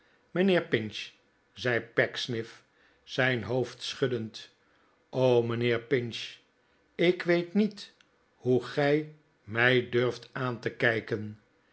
mijnheer pinch zei pecksniff zijn hoofd schuddend mijnheer pinch ik weet niet hoe gij mij durft aan te kijken